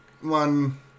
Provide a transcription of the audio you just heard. one